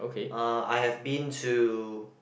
uh I have been to